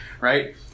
right